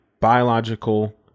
biological